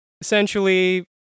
essentially